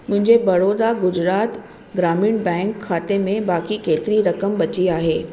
मुंहिंजे बड़ोदा गुजरात ग्रामीण बैंक खाते में बाक़ी केतिरी रक़म बची आहे